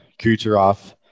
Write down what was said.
Kucherov